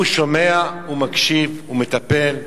הוא שומע ומקשיב ומטפל,